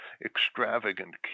Extravagant